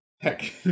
Heck